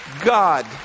God